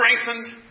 strengthened